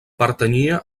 pertanyia